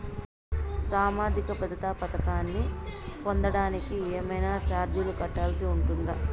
సామాజిక భద్రత పథకాన్ని పొందడానికి ఏవైనా చార్జీలు కట్టాల్సి ఉంటుందా?